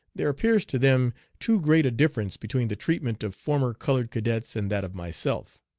there appears to them too great a difference between the treatment of former colored cadets and that of myself,